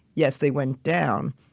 yes, they went down.